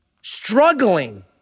struggling